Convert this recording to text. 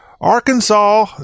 Arkansas